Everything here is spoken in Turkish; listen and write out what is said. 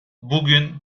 bugün